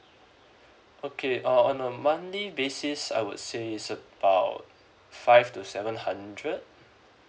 okay uh on a monthly basis I would say is about five to seven hundred